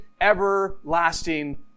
everlasting